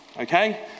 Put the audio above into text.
Okay